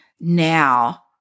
Now